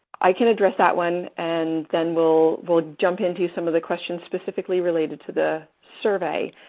i can address that one. and then, we'll we'll jump into some of the questions specifically related to the survey.